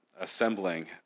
assembling